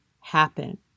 happen